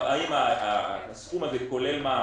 נשאלת השאלה האם הסכום הזה כולל מע"מ,